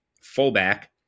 fullback